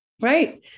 Right